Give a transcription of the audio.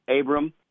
Abram